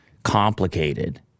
complicated